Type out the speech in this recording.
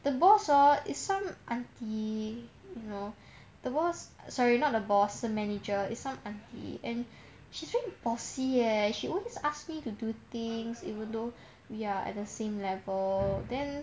the boss orh is some aunty you know the boss sorry not the boss the manager is some aunty and she's very bossy eh she always ask me to do things even though we are at the same level then